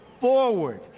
forward